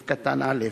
144ד2(א)